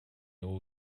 его